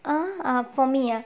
err for me ah